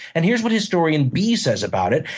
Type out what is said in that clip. and here's what historian b says about it.